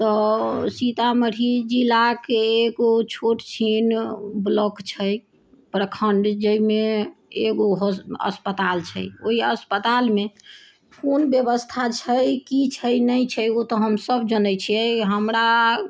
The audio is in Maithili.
तऽ सीतामढ़ी जिलाके एगो छोट छिन ब्लॉक छै प्रखण्ड जइमे एगो होस अस्पताल छै ओइ अस्पतालमे कोन व्यवस्था छै की छै नहि छै ओ तऽ हम सभ जनै छियै हमरा